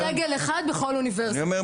יש יותר מדגל אחד בכל האוניברסיטה.